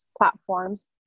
platforms